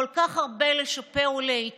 כל כך הרבה לשפר ולהיטיב,